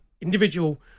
individual